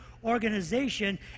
organization